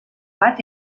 bat